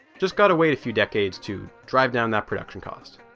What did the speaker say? just gotta wait a few decades to drive down that production cost.